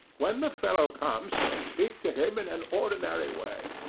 when the fellow comes speak to him in an ordinary way.